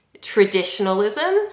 traditionalism